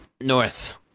North